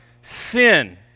sin